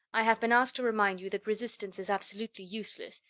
i have been asked to remind you that resistance is absolutely useless,